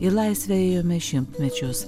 į laisvę ėjome šimtmečius